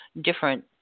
different